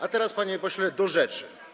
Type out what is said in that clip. A teraz, panie pośle, do rzeczy.